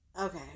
Okay